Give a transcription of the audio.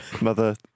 Mother